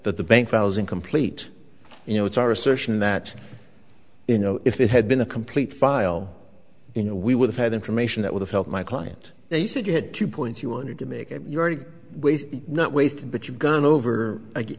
that the bank files incomplete you know it's our assertion that you know if it had been a complete file you know we would have had information that would have helped my client they said you had two points you wanted to make not waste but you've gone over